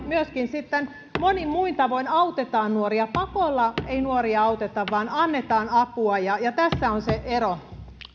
myöskin monin muin tavoin autetaan nuoria pakolla ei nuoria auteta vaan annetaan apua ja ja tässä on se ero